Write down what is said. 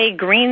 green